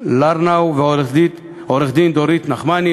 לרנאו ועו"ד דורית נחמני,